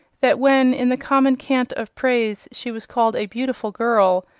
that when in the common cant of praise, she was called a beautiful girl,